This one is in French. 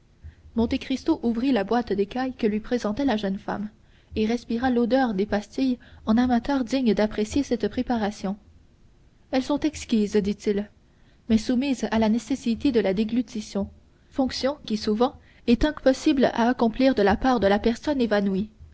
monte cristo ouvrit la boîte d'écaille que lui présentait la jeune femme et respira l'odeur des pastilles en amateur digne d'apprécier cette préparation elles sont exquises dit-il mais soumises à la nécessité de la déglutition fonction qui souvent est impossible à accomplir de la part de la personne évanouie